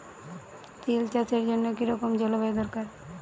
তিল চাষের জন্য কি রকম জলবায়ু দরকার?